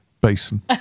basin